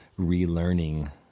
relearning